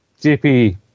JP